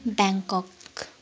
Bangkok